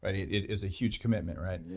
but it it is a huge commitment, right?